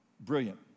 Brilliant